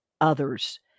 others